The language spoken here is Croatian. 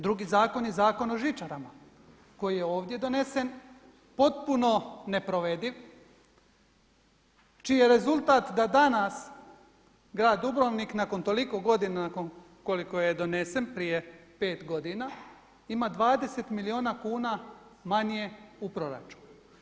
Drugi zakon je Zakon o žičarama koji je ovdje donesen potpuno neprovediv, čiji je rezultat da danas grad Dubrovnik nakon toliko godina nakon koliko je donesen prije pet godina ima 20 milijuna kuna manje u proračunu.